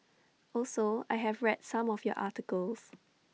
also I have read some of your articles